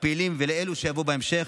הפעילים ואלה שיבואו בהמשך,